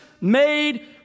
made